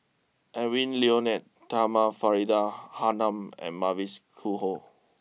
Edwy Lyonet Talma Faridah Hanum and Mavis Khoo Oei